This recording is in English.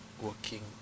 working